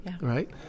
right